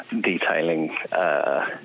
detailing